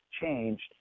changed